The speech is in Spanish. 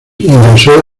ingresó